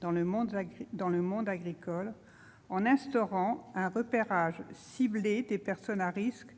dans le monde agricole, en instaurant un repérage ciblé des personnes à risque